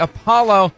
Apollo